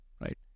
right